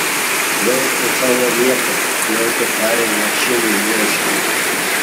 jautė savo vietą jautė pareigą šilui ošti